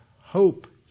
hope